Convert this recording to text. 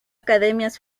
academias